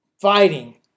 fighting